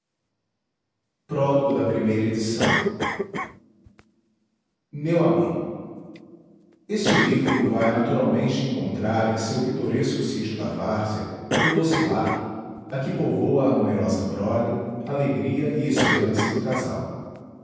a e eu amigo este livro o vai naturalmente encontrar em seu pitoresco sítio da várzea no doce lar a que povoa a numerosa prole alegria e esperança do casal